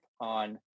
on